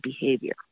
behavior